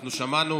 אנחנו שמענו